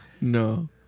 No